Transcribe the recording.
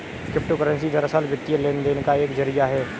crypto currency दरअसल, वित्तीय लेन देन का एक जरिया है